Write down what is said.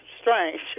strange